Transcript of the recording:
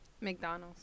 McDonald's